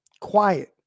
quiet